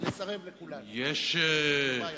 ולסרב לכולם בלי שום בעיה.